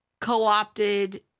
co-opted